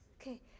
Okay